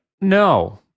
No